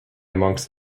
amongst